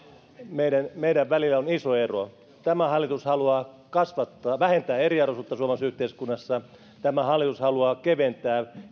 meidän meidän välillämme on iso ero tämä hallitus haluaa vähentää eriarvoisuutta suomalaisessa yhteiskunnassa tämä hallitus haluaa keventää